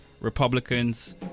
Republicans